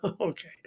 Okay